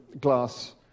glass